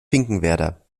finkenwerder